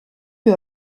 peu